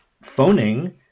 phoning